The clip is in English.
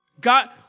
God